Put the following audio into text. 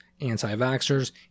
anti-vaxxers